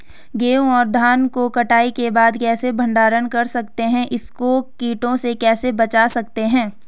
गेहूँ और धान को कटाई के बाद कैसे भंडारण कर सकते हैं इसको कीटों से कैसे बचा सकते हैं?